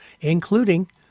including